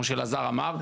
כמו שאלעזר אמר ,